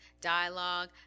dialogue